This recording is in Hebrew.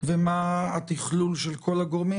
ומה התכלול של כל הגורמים,